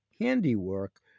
handiwork